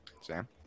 Sam